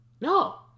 No